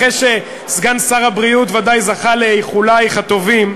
אחרי שסגן שר הבריאות ודאי זכה לאיחולייך הטובים,